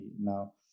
Now